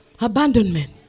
Abandonment